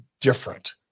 different